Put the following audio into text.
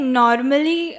normally